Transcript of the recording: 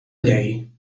llei